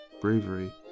bravery